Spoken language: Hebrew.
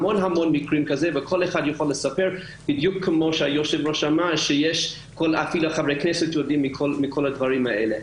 מקרים רבים וכל אחד יכול לספר וגם חברי הכנסת מודעים למקרים האלה.